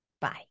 Bye